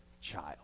child